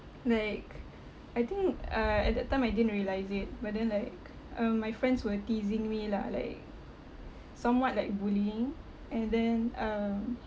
like I think uh at that time I didn't realise it but then like um my friends were teasing me lah like somewhat like bullying and then um